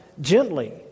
gently